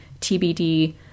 TBD